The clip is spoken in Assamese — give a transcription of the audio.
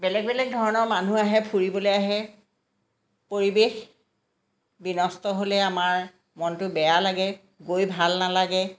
বেলেগ বেলেগ ধৰণৰ মানুহ আহে ফুৰিবলৈ আহে পৰিৱেশ বিনষ্ট হ'লে আমাৰ মনটো বেয়া লাগে গৈ ভাল নালাগে